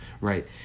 right